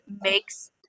makes